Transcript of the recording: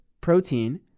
protein